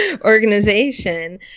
organization